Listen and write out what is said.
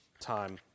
time